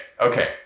okay